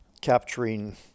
capturing